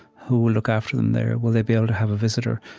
who will look after them there will they be able to have a visitor?